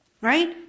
right